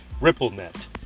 RippleNet